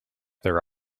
their